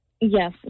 Yes